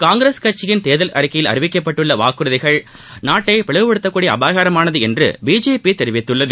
காங்கிரஸ் கட்சியின் தேர்தல் அறிக்கையில் அறிவிக்கப்பட்டுள்ள வாக்குறுதிகள் நாட்டை பிளவுபடுத்தக் கூடிய அபாயகரமானது என்று பிஜேபி தெரிவித்துள்ளது